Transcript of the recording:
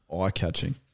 eye-catching